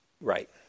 Right